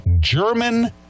German